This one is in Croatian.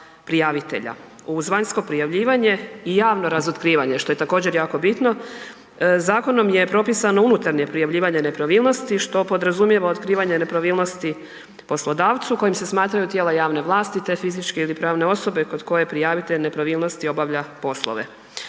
prijavitelja uz vanjsko prijavljivanje i javno razotkrivanje, što je također jako bitno. Zakonom je propisano unutarnje prijavljivanje nepravilnosti što podrazumijeva otkrivanje nepravilnosti poslodavcu kojim se smatraju tijela javne vlasti te fizičke ili pravne osobe kod koje prijavitelj nepravilnosti obavlja poslove.